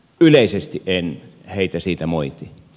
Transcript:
yleisesti en heitä siitä moiti